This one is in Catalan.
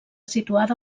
situada